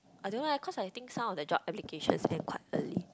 I don't eh cause I think some of the job applications then quite early